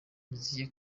bukizi